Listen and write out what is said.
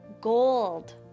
gold